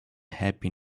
happy